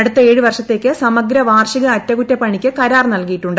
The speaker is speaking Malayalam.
അടുത്ത ഏഴ് വർഷത്തേക്ക് സമ്യക്ക് പ്പാർഷിക അറ്റകുറ്റപ്പണിയ്ക്ക് കരാർ നൽകിയിട്ടുണ്ട്